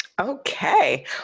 okay